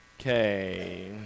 Okay